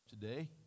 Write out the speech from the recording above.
today